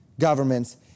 governments